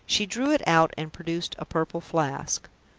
she drew it out, and produced a purple flask.